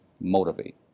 motivate